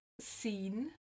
seen